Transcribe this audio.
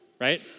right